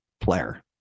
player